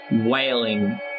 wailing